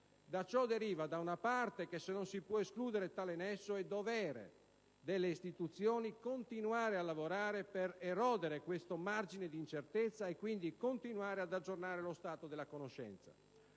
Da ciò deriva, da una parte, che se non si può escludere tale nesso, è dovere delle istituzioni continuare a lavorare per erodere questo margine di incertezza e quindi continuare ad aggiornare lo stato della conoscenza.